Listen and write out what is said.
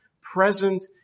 present